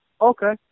Okay